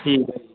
ਠੀਕ ਹੈ ਜੀ